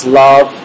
love